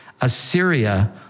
Assyria